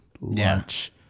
lunch